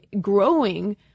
growing